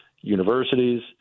universities